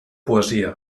poesia